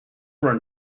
were